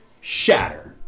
Shatter